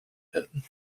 werden